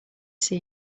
see